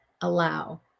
allow